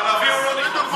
לערבים הוא לא נכנס.